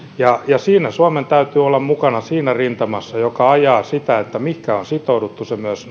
suomen täytyy olla mukana rintamassa joka ajaa sitä että mihinkä on sitouduttu sitä myös